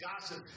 gossip